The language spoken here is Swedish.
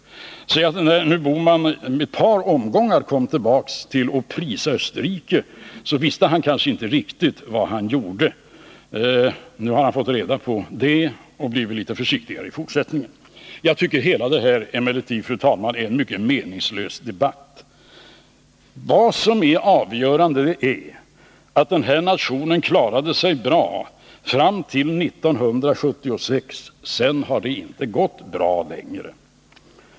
När herr Bohman nu i ett par omgångar återkommit till att prisa Österrike, visste han Nr 30 kanske inte riktigt vad han gjorde. Nu har han fått reda på det och blir väl litet försiktigare i fortsättningen. Jag tycker emellertid, fru talman, att hela denna debatt är ganska meningslös. Vad som är avgörande är att denna nation klarade sig bra fram till 1976. Sedan har det inte gått bra längre.